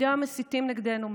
מדי יום מסיתים נגדנו,